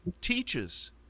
teaches